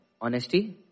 honesty